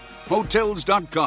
Hotels.com